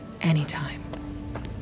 Anytime